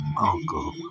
Uncle